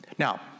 Now